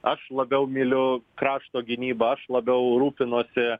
aš labiau myliu krašto gynybą aš labiau rūpinuosi